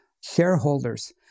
shareholders